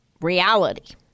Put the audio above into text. reality